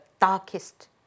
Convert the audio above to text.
darkest